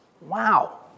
Wow